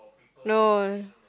no